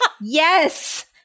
yes